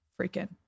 freaking